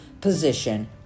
position